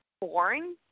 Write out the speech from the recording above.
boring